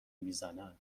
میزنن